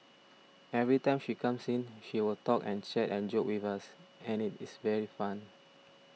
every time she comes in she will talk and chat and joke with us and it is very fun